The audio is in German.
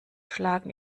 schlagen